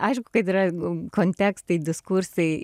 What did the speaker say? aišku kad yra kontekstai diskursai